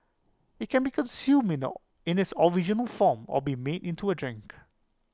IT can be consumed in A in this original form or be made into A drink